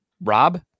rob